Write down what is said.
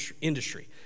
industry